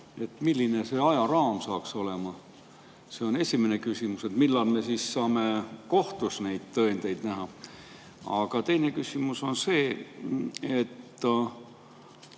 üle. Milline see ajaraam hakkab olema? See on esimene küsimus: millal me siis saame kohtus neid tõendeid näha? Aga teine küsimus või pigem